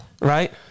right